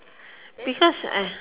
because I